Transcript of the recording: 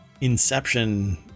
inception